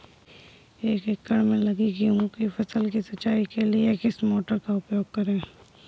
एक एकड़ में लगी गेहूँ की फसल की सिंचाई के लिए किस मोटर का उपयोग करें?